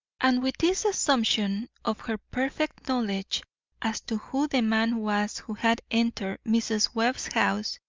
and with this assumption of her perfect knowledge as to who the man was who had entered mrs. webb's house,